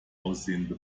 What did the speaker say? aussehende